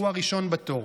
שהוא הראשון בתור,